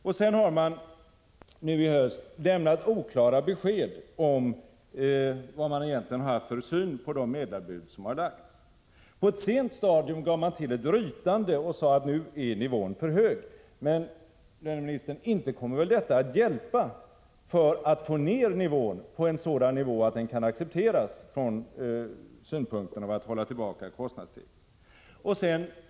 Nu i höst har man lämnat oklara besked om vilken syn man egentligen har haft på de medlarbud som har lagts. På ett sent stadium gav man till ett rytande och sade att nu är nivån för hög. Men, löneministern, inte kommer detta att hjälpa till att få ned nivån så att den kan accepteras ur synpunkten att hålla tillbaka kostnadsstegringen.